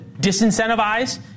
disincentivize